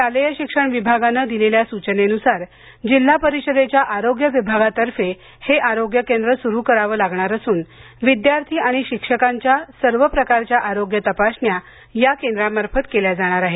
शालेय शिक्षण विभागाने दिलेल्या सूचनेनुसार जिल्हा परिषदेच्या आरोग्य विभागातर्फे हे आरोग्य केंद्र सुरू करावे लागणार असून विद्यार्थी आणि शिक्षकांच्या सर्व प्रकारच्या आरोग्य तपासण्या या केंद्रामार्फत केल्या जाणार आहेत